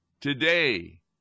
today